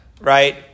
right